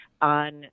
on